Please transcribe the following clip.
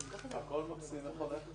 שהוא